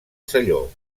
selló